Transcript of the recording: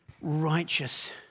Righteous